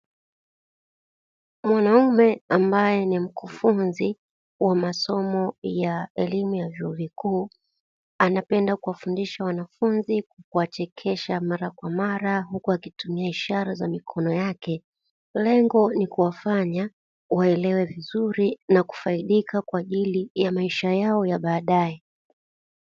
Mwanaume ambaye ni mkufunzi wa masomo ya elimu ya vyuo vikuu, anapenda kuwafundisha wanafunzi kwa kuwachekesha mara kwa mara uku akitumia ishara za mikono yake, lengo ni kuwafanya waelewe vizuri na kufaidika kwaajili ya maisha yao ya baadae.